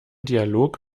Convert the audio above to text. dialog